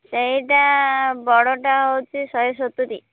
ସେଇଟା ବଡ଼ଟା ହେଉଛି ଶହେ ସତୁରି